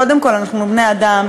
קודם כול אנחנו בני-אדם,